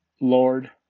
Lord